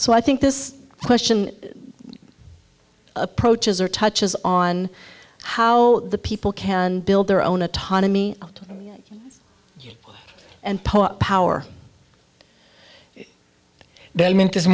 so i think this question approaches or touches on how the people can build their own autonomy and part power de mint